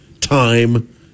time